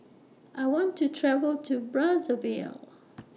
I want to travel to Brazzaville